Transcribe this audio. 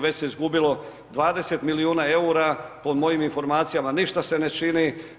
Već se izgubilo 20 milijuna eura, po mojim informacijama, ništa se ne čini.